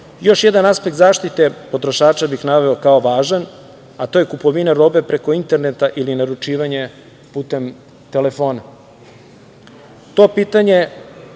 jedan aspekt zaštite potrošača bih naveo kao važan, a to je kupovina robe preko interneta ili naručivanje putem telefona. To pitanje